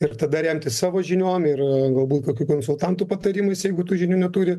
ir tada remtis savo žiniom ir galbūt kokių konsultantų patarimais jeigu tų žinių neturi